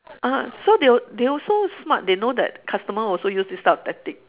ah so they al~ they also smart they know that customer also use this type of tactic